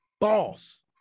boss